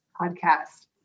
podcast